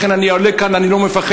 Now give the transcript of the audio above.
לכן אני עולה לכאן, אני לא מפחד.